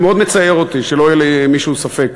זה מאוד מצער אותי, שלא יהיה למישהו ספק.